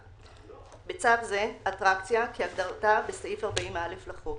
בצו זה "אטרקציה" כהגדרתה בסעיף 40א לחוק.